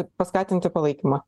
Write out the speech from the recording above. paskatinti palaikymą